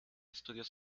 estudios